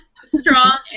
strong